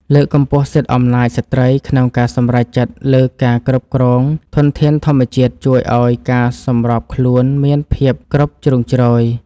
លើកកម្ពស់សិទ្ធិអំណាចស្ត្រីក្នុងការសម្រេចចិត្តលើការគ្រប់គ្រងធនធានធម្មជាតិជួយឱ្យការសម្របខ្លួនមានភាពគ្រប់ជ្រុងជ្រោយ។